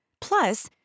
plus